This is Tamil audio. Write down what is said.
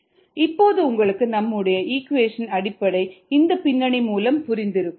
7 நிமிடங்கள் இப்போது உங்களுக்கு நம்முடைய இக்வேஷனின் அடிப்படை இந்த பின்னணி மூலம் புரிந்திருக்கும்